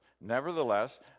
Nevertheless